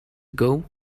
ago